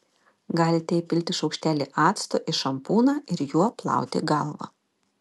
galite įpilti šaukštelį acto į šampūną ir juo plauti galvą